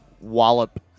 wallop